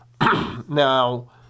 Now